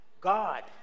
God